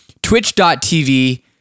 Twitch.tv